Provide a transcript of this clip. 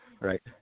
Right